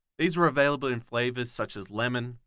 these were available in flavors such as lemon,